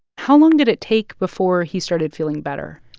how long did it take before he started feeling better?